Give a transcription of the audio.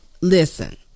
listen